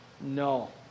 No